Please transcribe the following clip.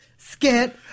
Scared